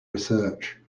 research